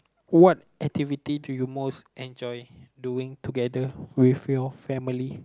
what activity do you most enjoy doing together with your family